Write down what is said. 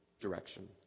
direction